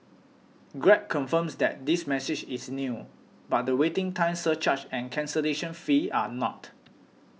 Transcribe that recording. Grab confirms that this message is new but the waiting time surcharge and cancellation fee are not